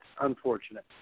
unfortunate